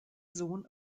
sohn